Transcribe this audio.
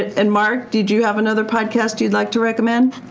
and, mark, did you have another podcast you'd like to recommend?